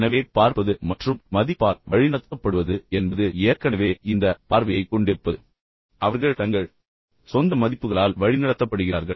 எனவே பார்ப்பது மற்றும் மதிப்பால் வழிநடத்த்த்தப்படுவது என்பது ஏற்கனவே இந்த பார்வையைக் கொண்டிருப்பது மற்றும் பின்னர் அவர்கள் தங்கள் சொந்த மதிப்புகளால் வழிநடத்தப்படுகிறார்கள்